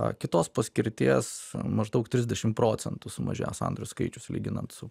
va kitos paskirties maždaug trisdešim procentų sumažėjo sandorių skaičius lyginant su